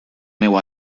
meu